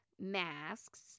masks